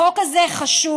החוק הזה חשוב,